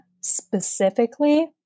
specifically